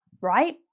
right